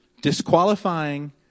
Disqualifying